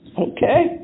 Okay